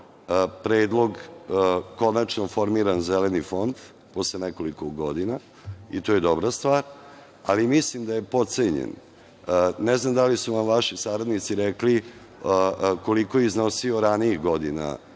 predlog, konačno je formiran Zeleni fond posle nekoliko godina i to je dobra stvar, ali mislim da je potcenjen. Ne znam da li su vam vaši saradnici rekli koliko je iznosio ranijih godina,